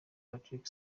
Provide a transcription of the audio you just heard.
patrick